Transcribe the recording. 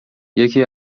یکی